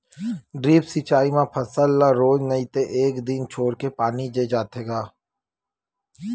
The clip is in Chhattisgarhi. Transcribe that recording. ड्रिप सिचई म फसल ल रोज नइ ते एक दिन छोरके पानी दे जाथे ग